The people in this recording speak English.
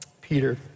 Peter